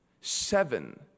Seven